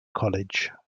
college